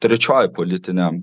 trečioji politinė